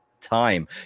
time